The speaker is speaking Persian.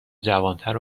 جوانتر